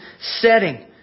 setting